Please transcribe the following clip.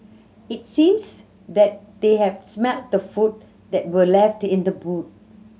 it seems that they had smelt the food that were left in the boot